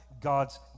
God's